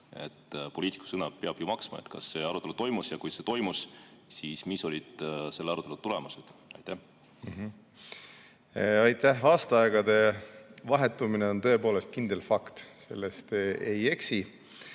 Poliitiku sõna peab ju maksma. Kas see arutelu toimus ja kui see toimus, siis mis olid selle tulemused? Aitäh! Aastaaegade vahetumine on tõepoolest kindel fakt, selles te ei eksi.